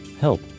Help